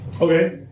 Okay